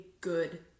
good